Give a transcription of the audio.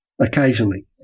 Occasionally